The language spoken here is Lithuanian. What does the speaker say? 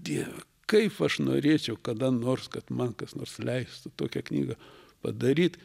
dieve kaip aš norėčiau kada nors kad man kas nors leistų tokią knygą padaryt